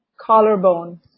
Collarbone